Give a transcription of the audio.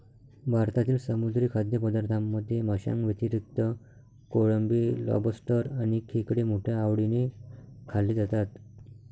भारतातील समुद्री खाद्यपदार्थांमध्ये माशांव्यतिरिक्त कोळंबी, लॉबस्टर आणि खेकडे मोठ्या आवडीने खाल्ले जातात